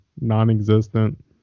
non-existent